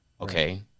Okay